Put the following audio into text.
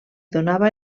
donava